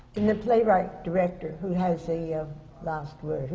in the playwright director, who has the yeah last